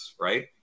right